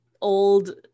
old